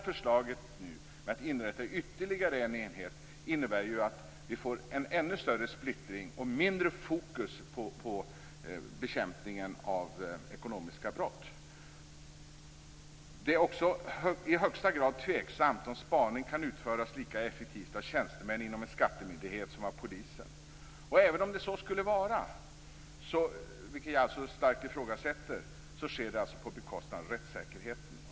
Förslaget att inrätta ytterligare en enhet innebär ju en ännu större splittring och mindre fokus på bekämpningen av ekonomiska brott. Det är också i högsta grad tveksamt om spaning kan utföras lika effektivt av tjänstemän inom en skattemyndighet som av polisen. Även om det så skulle vara, vilket jag starkt ifrågasätter, sker det på bekostnad av rättssäkerheten.